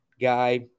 guy